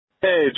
Hey